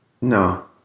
No